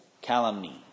calumny